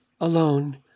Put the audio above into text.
alone